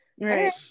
right